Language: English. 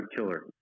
killer